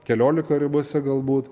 keliolika ribose galbūt